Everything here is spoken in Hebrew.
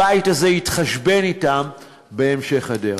הבית הזה יתחשבן אתם בהמשך הדרך.